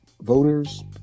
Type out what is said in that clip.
voters